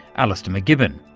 alistair macgibbon.